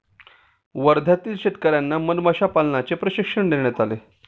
वर्ध्यातील शेतकर्यांना मधमाशा पालनाचे प्रशिक्षण देण्यात आले